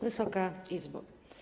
Wysoka Izbo!